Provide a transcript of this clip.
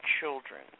children